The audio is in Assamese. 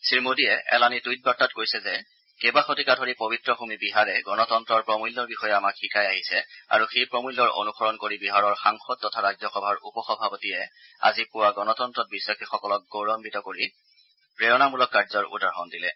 শ্ৰীমোদীয়ে এলানি টুইট বাৰ্তাত কৈছে যে কেইবা শতিকা ধৰি পবিত্ৰ ভূমি বিহাৰে গণতন্তৰৰ প্ৰমূল্যৰ বিষয়ে আমাক শিকাই আহিছে আৰু সেই প্ৰমূল্যৰ অনুসৰণ কৰি বিহাৰৰ সাংসদ তথা ৰাজ্যসভাৰ উপ সভাপতিয়ে আজি পুৱা গণতান্ত্ৰত বিশ্বাসীসকলক গৌৰৱান্বিত কৰি প্ৰেৰণামূলক কাৰ্যৰ উদাহৰণ দিলে